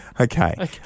Okay